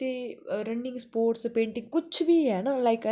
ते running sports painting कुछ बी है ना लाइक